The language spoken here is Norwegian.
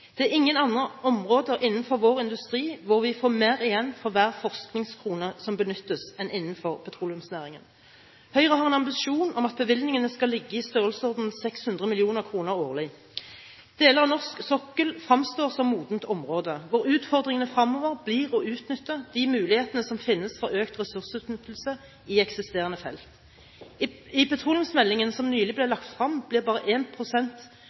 Det er ingen andre områder innenfor vår industri hvor vi får mer igjen for hver forskningskrone som benyttes, enn innenfor petroleumsnæringen. Høyre har en ambisjon om at bevilgningene skal ligge i størrelsesorden 600 mill. kr årlig. Deler av norsk sokkel fremstår som modent område, hvor utfordringene fremover blir å utnytte de mulighetene som finnes for økt ressursutnyttelse i eksisterende felt. I petroleumsmeldingen som nylig ble lagt frem, blir bare